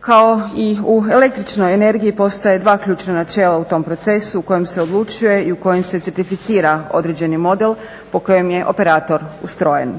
Kao i u električnoj energiji postoje dva ključna načela u tom procesu kojim se odlučuje i u kojem se certificira određeni model po kojem je operator ustrojen.